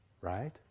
right